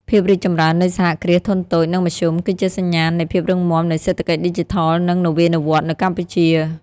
ភាពរីកចម្រើននៃសហគ្រាសធុនតូច និងមធ្យម គឺជាសញ្ញាណនៃភាពរឹងមាំនៃសេដ្ឋកិច្ចឌីជីថល និងនវានុវត្តន៍នៅកម្ពុជា។